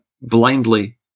Blindly